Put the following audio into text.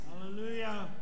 Hallelujah